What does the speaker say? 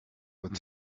would